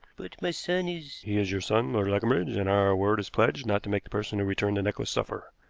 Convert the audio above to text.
but my son is he is your son, lord leconbridge, and our word is pledged not to make the person who returned the necklace suffer.